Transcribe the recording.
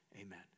Amen